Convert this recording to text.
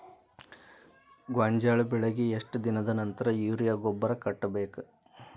ಗೋಂಜಾಳ ಬೆಳೆಗೆ ಎಷ್ಟ್ ದಿನದ ನಂತರ ಯೂರಿಯಾ ಗೊಬ್ಬರ ಕಟ್ಟಬೇಕ?